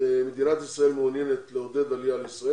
מדינת ישראל מעוניינת לעודד עלייה לישראל